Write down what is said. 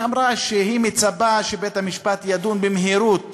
היא אמרה שהיא מצפה שבית-המשפט ידון במהירות